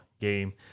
game